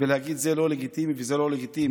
ולהגיד שזה לא לגיטימי וזה לא לגיטימי.